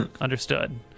Understood